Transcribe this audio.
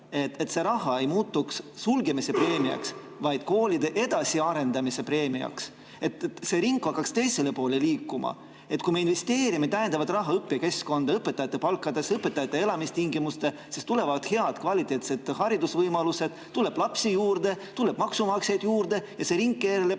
et see raha ei muutuks sulgemise preemiaks, vaid koolide edasiarendamise preemiaks, et see ring hakkaks teisele poole liikuma? Kui me investeerime täiendavalt raha õpikeskkonda, õpetajate palkadesse, õpetajate elamistingimustesse, siis tulevad head kvaliteetsed haridusvõimalused, tuleb lapsi juurde, tuleb maksumaksjaid juurde ja see ring keerleb